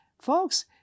folks